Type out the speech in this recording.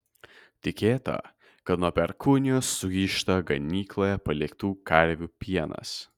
tikėta kad nuo perkūnijos sugyžta ganykloje paliktų karvių pienas